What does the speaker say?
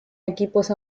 equipos